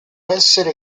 essere